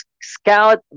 scout